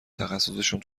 تخصصشون